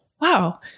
wow